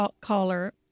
caller